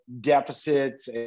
deficits